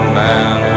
man